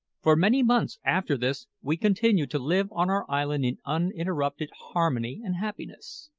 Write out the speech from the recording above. for many months after this we continued to live on our island in uninterrupted harmony and happiness.